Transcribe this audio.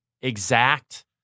exact